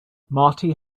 marty